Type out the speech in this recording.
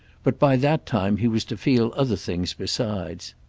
but by that time he was to feel other things besides.